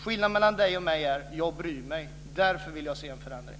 Skillnaden mellan Hans Andersson och mig är att jag bryr mig. Därför vill jag se en förändring.